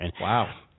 Wow